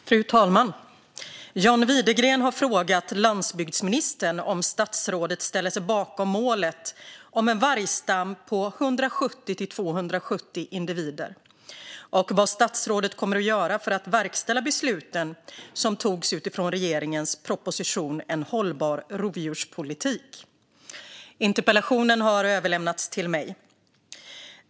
Fru talman! John Widegren har frågat landsbygdsministern om statsrådet ställer sig bakom målet om en vargstam på 170-270 individer och vad statsrådet kommer att göra för att verkställa besluten som togs utifrån regeringens proposition 2012/13:191 En hållbar rovdjurspolitik . Interpellationen har överlämnats till mig.